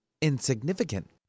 insignificant